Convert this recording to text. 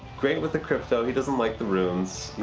great with the crypto. he doesn't like the runes.